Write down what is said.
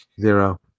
Zero